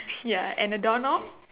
ya and the door knob